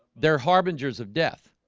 they're harbingers of death,